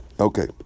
Okay